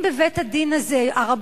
אם הרבנים שיושבים בבית-הדין הזה הם